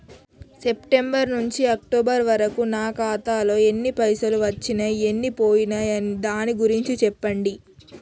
September నుంచి October వరకు నా ఖాతాలో ఎన్ని పైసలు వచ్చినయ్ ఎన్ని పోయినయ్ దాని గురించి చెప్పండి?